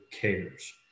cares